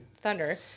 Thunder